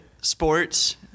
sports